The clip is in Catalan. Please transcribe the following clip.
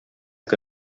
que